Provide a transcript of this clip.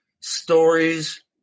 stories